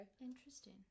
Interesting